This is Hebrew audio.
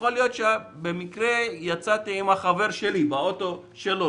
יכול להיות שבמקרה יצאתי עם החבר שלי באוטו שלו,